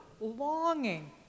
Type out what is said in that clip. longing